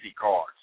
cards